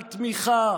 על תמיכה